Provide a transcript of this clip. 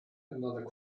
another